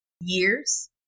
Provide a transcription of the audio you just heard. years